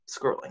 scrolling